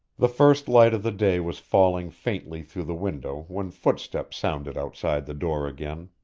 the first light of the day was falling faintly through the window when footsteps sounded outside the door again.